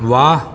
वाह